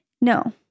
No